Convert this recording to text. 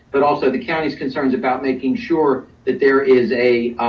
but also the county's concerns about making sure that there is a